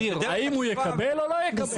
האם הוא יקבל או לא יקבל.